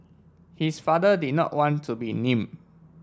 his father did not want to be named